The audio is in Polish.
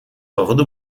powodu